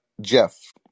Jeff